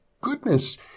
goodness